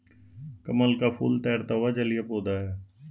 कमल का फूल तैरता हुआ जलीय पौधा है